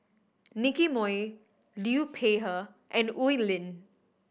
Nicky Moey Liu Peihe and Oi Lin